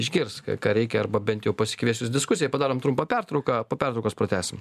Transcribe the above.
išgirs ką reikia arba bent jau pasikvies jus diskusijai padarom trumpą pertrauką po pertraukos pratęsim